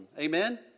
Amen